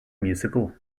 musical